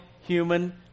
human